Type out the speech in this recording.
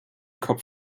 kopf